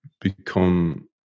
become